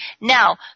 Now